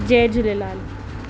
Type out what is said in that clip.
Jay Jhulelal